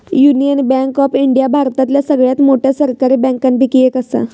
union bank of India भारतातल्या सगळ्यात मोठ्या सरकारी बँकांपैकी एक असा